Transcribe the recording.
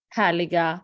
härliga